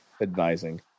advising